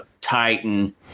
Titan